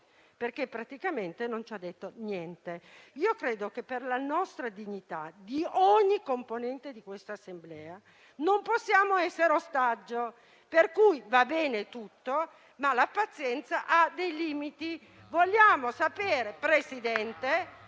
perché praticamente non ci ha detto niente. Non credo che, per la dignità di ogni componente di questa Assemblea, si possa essere ostaggio; per cui va bene tutto, ma la pazienza ha dei limiti.